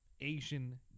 Asian